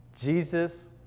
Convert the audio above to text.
Jesus